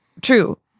true